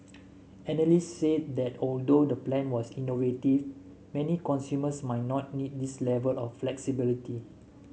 analysts said that although the plan was innovative many consumers might not need this level of flexibility